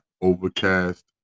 Overcast